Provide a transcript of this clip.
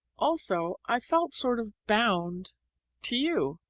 also, i felt sort of bound to you.